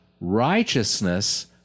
righteousness